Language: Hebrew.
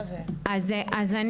אתם